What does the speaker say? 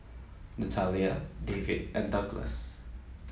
Natalia David and Douglass